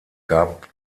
gab